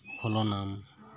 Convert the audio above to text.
ᱯᱷᱚᱞᱚᱱᱟᱢ